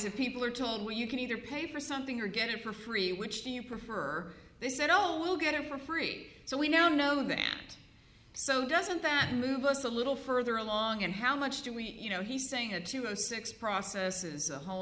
if people are told well you can either pay for something or get it for free which do you prefer they said oh we'll get it for free so we now know that and so doesn't that move us a little further along and how much do we you know he's saying it to a six process is a whole